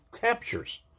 captures